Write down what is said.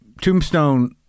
Tombstone